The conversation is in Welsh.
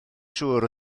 siŵr